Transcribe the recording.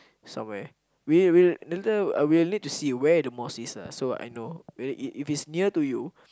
somewhere we'll we'll later I'll let to see where the mosque is lah so I know whether if if it is near to you